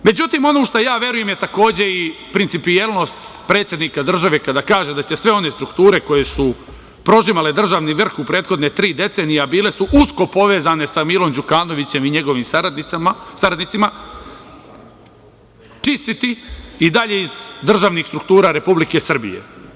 Međutim, ono u šta ja verujem je takođe i principijelnost predsednika države kada kaže da će sve one strukture koje su prožimale državni vrh u prethodne tri decenije, a bile su usko povezane sa Milom Đukanovićem i njegovim saradnicima –čistiti i dalje iz državnih struktura Republike Srbije.